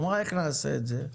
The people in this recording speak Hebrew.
אמרה, איך נעשה את זה?